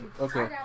Okay